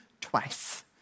twice